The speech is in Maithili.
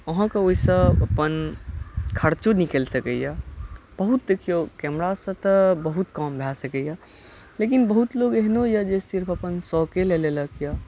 आहाँके ओहिसँ अपन खर्चो निकलि सकैया बहुत देखियौ कैमरासँ तऽ बहुत काम भए सकैया लेकिन बहुत लोग एहनो यऽ जे सिर्फ अपन शौके लए लेलक यऽ